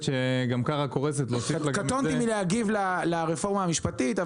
שגם ככה קורסת -- קטונתי מלהגיב לרפורמה המשפטית.